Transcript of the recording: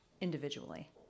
individually